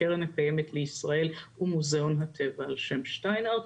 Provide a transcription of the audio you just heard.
הקרן הקיימת לישראל ומוזיאון הטבע ע"ש שטיינהרדט,